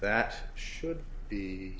that should be